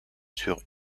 sur